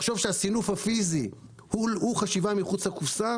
לחשוב שהסינוף הפיזי הוא חשיבה מחוץ לקופסה